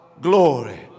glory